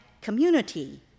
community